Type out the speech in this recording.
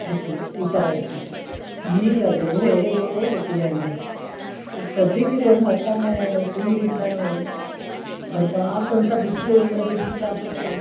ಬಿಸಿಲು ಈ ಥರ ಇರ್ತಿತ್ತು ಈಗ ದೇವರೇ ಗತಿಯಾಗಿದೆ ಈಗ ಸಧ್ಯಕೀಗೊಂದ್ ಹತ್ತು ಹನ್ನೆರಡು ತಿಂಗ್ಳಿಂದ ಬರಬಾರ್ದಂಥ ಬಿಸಿಲು ಅಂದರೆ ಬಿಸ್ಲು ತಾಪಕ್ಕೆ